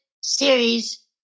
series